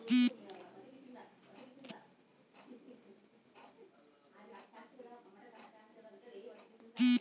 ಜೇನುನೊಣಗಳ ವೈಜ್ಞಾನಿಕ ಅಧ್ಯಯನಕ್ಕೆ ಸಂಭಂದಿಸಿದ ಕೀಟಶಾಸ್ತ್ರದ ಒಂದು ಶಾಖೆಗೆ ಅಫೀಕೋಲಜಿ ಅಂತರ